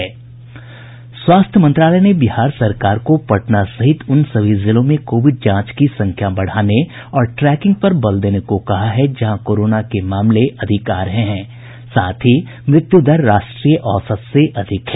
स्वास्थ्य मंत्रालय ने बिहार सरकार को पटना सहित उन सभी जिलों में कोविड जांच की संख्या बढ़ाने और ट्रैकिंग पर बल देने को कहा है जहां कोरोना के मामले अधिक आ रहे हैं साथ ही मृत्यु दर राष्ट्रीय औसत से अधिक है